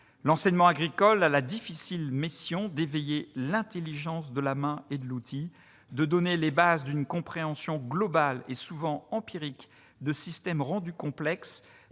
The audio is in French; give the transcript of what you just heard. L'enseignement agricole a la difficile mission d'éveiller l'intelligence de la main et de l'outil et de donner les bases d'une compréhension globale et souvent empirique de systèmes rendus complexes